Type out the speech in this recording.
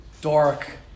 dark